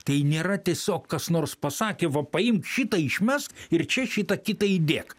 tai nėra tiesiog kas nors pasakė va paimk šitą išmesk ir čia šitą kitą įdėk